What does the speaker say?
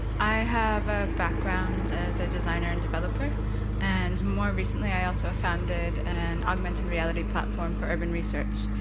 i have a background as a designer and developer and more recently i also founded an augmented reality platform for urban research.